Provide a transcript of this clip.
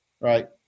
Right